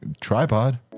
tripod